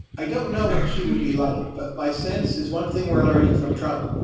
i don't know what she would be like, but my sense is one thing we're learning from trump,